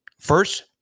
First